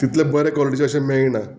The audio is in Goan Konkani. तितले बरे कॉलिटीचे अशे मेळना